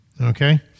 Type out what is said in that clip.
Okay